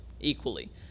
equally